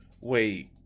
wait